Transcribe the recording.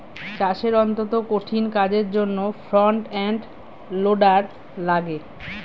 চাষের অত্যন্ত কঠিন কাজের জন্যে ফ্রন্ট এন্ড লোডার লাগে